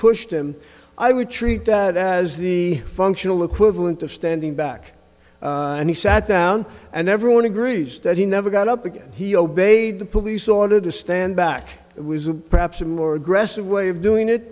pushed and i would treat that as the functional equivalent of standing back and he sat down and everyone agrees that he never got up again he obeyed the police order to stand back with perhaps a more aggressive way of doing it